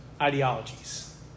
ideologies